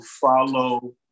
follow